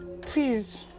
please